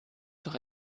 durch